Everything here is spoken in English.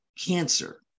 cancer